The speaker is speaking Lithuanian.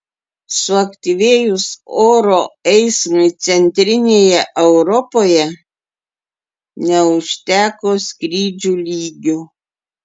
suaktyvėjus oro eismui centrinėje europoje neužteko skrydžių lygių